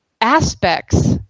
aspects